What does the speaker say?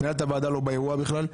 מנהלת הוועדה לא באירוע בכלל,